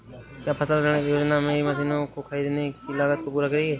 क्या फसल ऋण योजना मेरी मशीनों को ख़रीदने की लागत को पूरा करेगी?